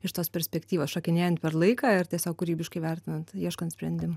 iš tos perspektyvos šokinėjant per laiką ir tiesiog kūrybiškai vertinant ieškant sprendimų